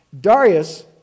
Darius